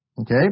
Okay